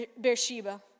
Beersheba